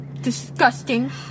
Disgusting